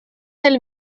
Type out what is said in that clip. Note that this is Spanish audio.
del